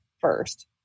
first